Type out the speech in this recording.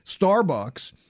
Starbucks